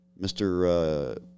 Mr. –